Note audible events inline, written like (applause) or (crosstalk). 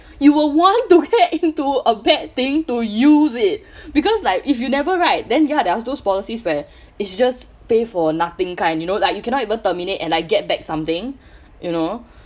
(breath) you will want to get into a bad thing to use it (breath) because like if you never right then ya they have those policies where (breath) it's just pay for nothing kind you know like you cannot even terminate and like get back something (breath) you know